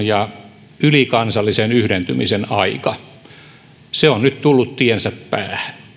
ja ylikansallisen yhdentymisen aika se on nyt tullut tiensä päähän